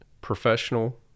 professional